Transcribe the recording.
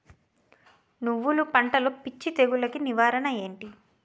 నువ్వులు పంటలో పిచ్చి తెగులకి నివారణ ఏంటి?